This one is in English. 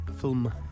film